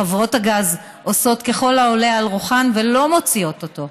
חברות הגז עושות ככל העולה על רוחן ולא מוציאות אותו.